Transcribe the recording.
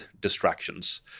distractions